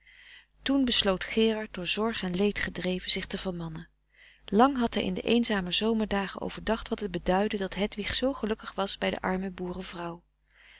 besloot gerard door zorg en leed gedreven zich te vermannen lang had hij in de eenzame zomerdagen overdacht wat het beduidde dat hedwig zoo gelukkig was bij de arme